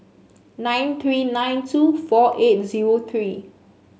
nine three nine two four eight zero three